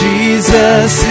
Jesus